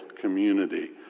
community